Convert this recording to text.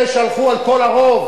אלה שהלכו על כל הרוב,